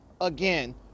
again